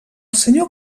senyor